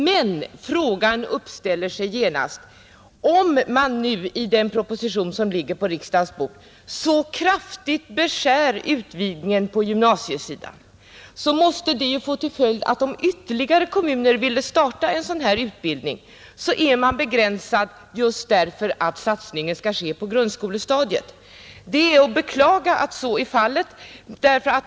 Men när man nu i den proposition som ligger på riksdagens bord så kraftigt beskär utvidgningen på gymnasiesidan, måste det ju få till följd att de ytterligare kommuner som vill starta en sådan här utbildning har begränsade möjligheter att göra det just därför att satsningen skall ske på grundskolestadiet. Det är att beklaga att så är fallet.